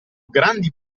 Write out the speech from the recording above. grandi